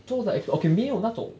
做的 okay 没有那种